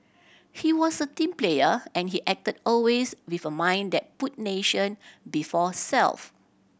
he was a team player and he acted always with a mind that put nation before self